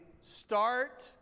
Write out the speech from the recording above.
start